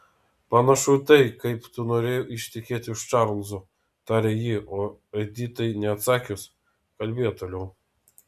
panašu į tai kaip tu norėjai ištekėti už čarlzo tarė ji o editai neatsakius kalbėjo toliau